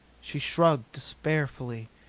she shrugged despairfully,